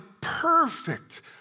perfect